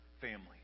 family